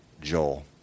Joel